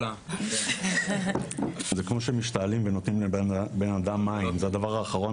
ושל המשפחה שלי ממש התהפכו.